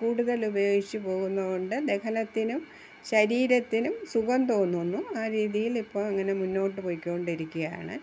കൂടുതൽ ഉപയോഗിച്ച് പോകുന്ന കൊണ്ട് ദെഹനത്തിനും ശരീരത്തിനും സുഖം തോന്നുന്നു ആ രീതിയിലിപ്പ അങ്ങനെ മുന്നോട്ട് പോയ്ക്കോണ്ടിരിയ്ക്കയാണ്